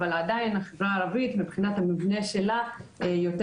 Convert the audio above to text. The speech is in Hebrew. אבל עדיין החברה הערבית מבחינת המבנה שלה יותר